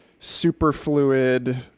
superfluid